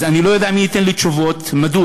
אז אני לא יודע מי ייתן לי תשובות מדוע.